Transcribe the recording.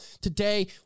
today